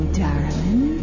darling